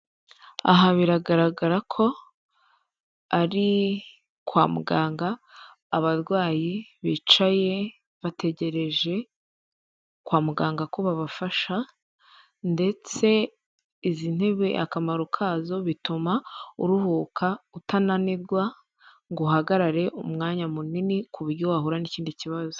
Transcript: Aha biragaragara ko ari kwa muganga, abarwayi bicaye bategereje kwa muganga ko babafasha; ndetse izi ntebe akamaro kazo bituma uruhuka, utananirwa ngo uhagarare umwanya munini kuburyo wahura n'ikindi kibazo.